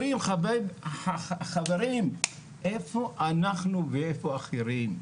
אומרים חברים, איפה אנחנו ואיפה אחרים.